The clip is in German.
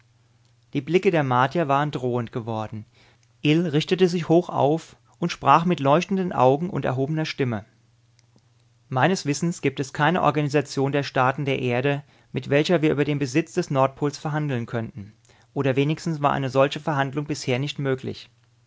die blicke der martier waren drohend geworden ill richtete sich hoch auf und sprach mit leuchtenden augen und erhobener stimme meines wissens gibt es keine organisation der staaten der erde mit welcher wir über den besitz des nordpols verhandeln könnten oder wenigstens war eine solche verhandlung bisher nicht möglich